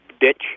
ditch